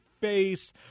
face